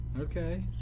Okay